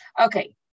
Okay